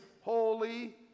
holy